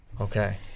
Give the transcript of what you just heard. Okay